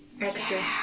Extra